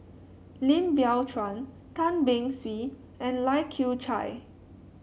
Lim Biow Chuan Tan Beng Swee and Lai Kew Chai